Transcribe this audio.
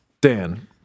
Dan